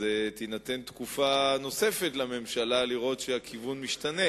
תינתן תקופה נוספת לממשלה לראות שהכיוון משתנה?